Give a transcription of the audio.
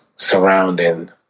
surrounding